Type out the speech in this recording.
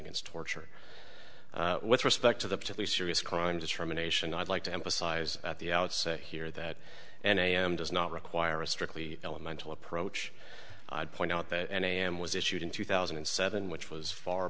against torture with respect to the police serious crime determination i'd like to emphasize at the outset here that and i am does not require a strictly elemental approach i'd point out that i am was issued in two thousand and seven which was far